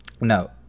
no